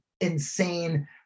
insane